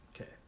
Okay